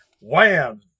Wham